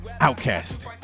Outcast